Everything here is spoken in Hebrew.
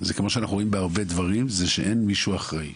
זה כמו שאנחנו רואים בהרבה דברים זה שאין מישהו שאחראי.